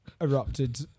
erupted